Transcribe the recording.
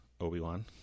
Obi-Wan